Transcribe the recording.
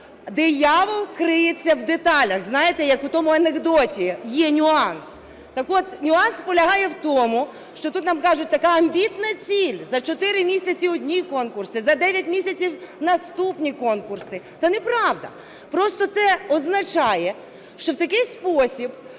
диявол криється в деталях. Знаєте, як у тому анекдоті, є нюанс. Так от нюанс полягає в тому, що тут нам кажуть: така амбітна ціль, за чотири місяці – одні конкурси, за дев'ять місяців – наступні конкурси. Та неправда. Просто це означає, що в такий спосіб